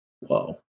Whoa